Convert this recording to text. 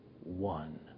one